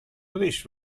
podéis